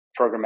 programmatic